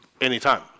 anytime